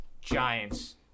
Giants